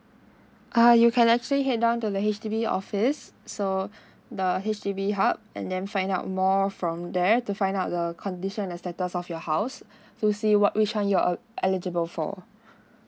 ah you can actually head down to the H_D_B office so the H_D_B hub and then find out more from there to find out the condition and status of your house to see what which one you are uh eligible for